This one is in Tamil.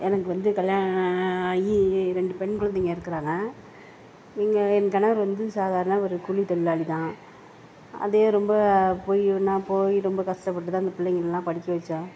எனக்கு வந்து கல்யாணம் ஆகி ரெண்டு பெண் குழந்தைங்கள் இருக்கிறாங்க எங்க என் கணவர் வந்து சாதாரண ஒரு கூலி தொழிலாளி தான் அதே ரொம்ப போய் நான் போய் ரொம்ப கஷ்டப்பட்டு தான் இந்த பிள்ளைங்கெல்லாம் படிக்க வைச்சோம்